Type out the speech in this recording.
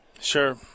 Sure